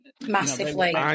massively